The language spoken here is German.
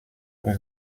und